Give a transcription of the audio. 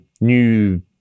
new